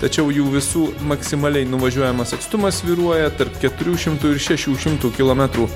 tačiau jų visų maksimaliai nuvažiuojamas atstumas svyruoja tarp keturių šimtų ir šešių šimtų kilometrų